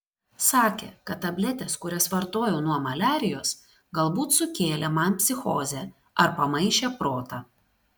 sakė kad tabletės kurias vartojau nuo maliarijos galbūt sukėlė man psichozę ar pamaišė protą